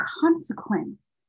consequence